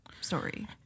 story